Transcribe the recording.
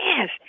yes